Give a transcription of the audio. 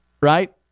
right